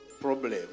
problem